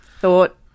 thought